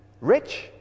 Rich